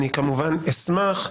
אני כמובן אשמח.